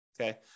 Okay